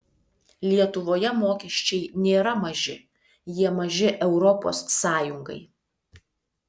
lietuvoje mokesčiai nėra maži jie maži europos sąjungai